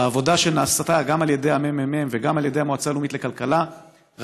שבעבודה שנעשתה גם על ידי הממ"מ וגם על ידי המועצה הלאומית לכלכלה ראינו